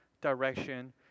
direction